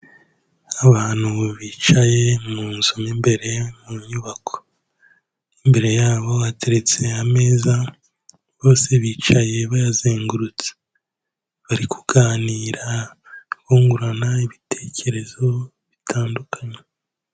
Abantu bicaye mu nzu imbere mu nyubako, imbere yabo hateretse ameza, bose bicaye bayazengurutse, bari kuganira bungurana ibitekerezo bitandukanye.